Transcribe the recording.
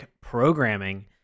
programming